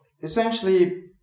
Essentially